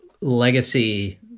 legacy